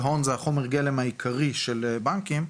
והון זה חומר הגלם העיקרי של בנקים,